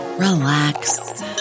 relax